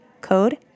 code